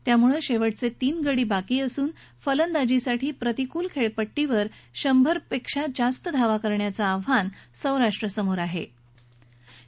त्यामुळे शेवटचे तीन गडी बाकी असून फलंदाजीसाठी प्रतिकूल खेळपट्टीवर शंभर पेक्षा जास्त धावा करण्याचं सौराष्ट्रासमोर आव्हान आहे